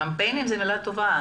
קמפיינים זו מילה טובה,